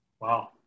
wow